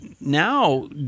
now